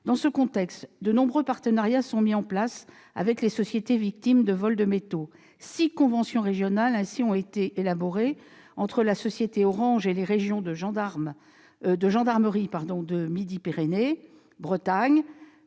Dans ce contexte, de nombreux partenariats sont mis en place avec les sociétés victimes de vols de métaux. Six conventions régionales ainsi ont été élaborées entre la société Orange et les régions de gendarmerie de Midi-Pyrénées, de Bretagne,